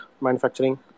manufacturing